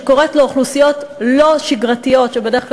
שקוראת לאוכלוסיות לא שגרתיות שבדרך כלל